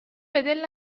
بدل